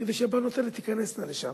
כדי שהבנות האלה תיכנסנה לשם.